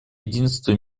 единство